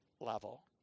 level